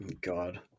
God